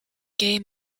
gay